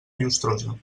llustrosa